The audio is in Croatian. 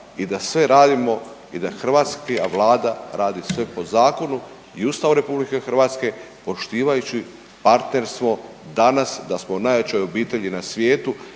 i da sve radimo i da hrvatska Vlada radi sve po zakonu i Ustavu RH poštivajući partnerstvo danas da smo u najjačoj obitelji na svijetu